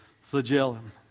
flagellum